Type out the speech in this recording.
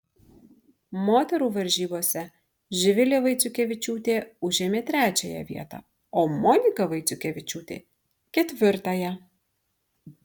moterų varžybose živilė vaiciukevičiūtė užėmė trečiąją vietą o monika vaiciukevičiūtė ketvirtąją